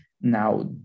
Now